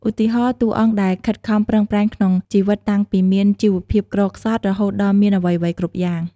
ឧទាហរណ៍ តួអង្គដែលខិតខំប្រឹងប្រែងក្នុងជីវិតតាំងពីមានជីវភាពក្រខ្សត់ រហូតដល់មានអ្វីៗគ្រប់យ៉ាង ។